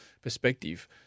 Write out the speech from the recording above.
perspective